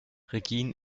regine